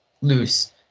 loose